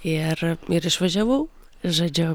ir ir išvažiavau žodžiu